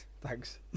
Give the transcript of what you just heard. Thanks